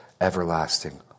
everlasting